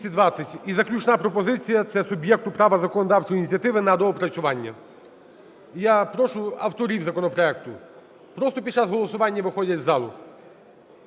І заключна пропозиція – це суб'єкту права законодавчої ініціативи на доопрацювання. Я прошу авторів законопроекту, просто під час голосування виходять із залу.